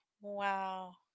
Wow